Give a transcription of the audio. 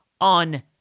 on